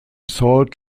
salt